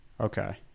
Okay